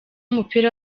w’umupira